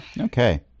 Okay